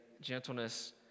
gentleness